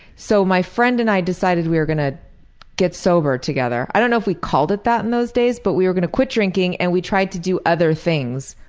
so my friend and i decided we were gonna get sober together. i don't know if we called it that in those days, but we were gonna quit drinking and we tried to do other things.